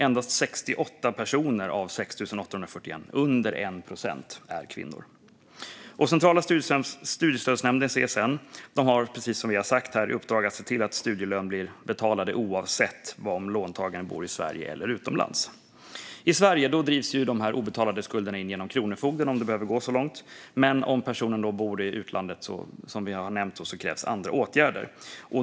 Endast 68 personer av 6 841, alltså under 1 procent, är kvinnor. Centrala studiestödsnämnden, CSN, har, precis som vi har sagt här, i uppdrag att se till att studielån återbetalas oavsett om låntagare bor i Sverige eller utomlands. I Sverige drivs obetalda skulder in genom Kronofogden, om det behöver gå så långt, men om personen bor i utlandet krävs andra åtgärder.